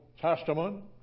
Testament